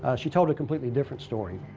ah she told a completely different story.